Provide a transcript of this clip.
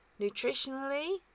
nutritionally